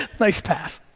nice pass.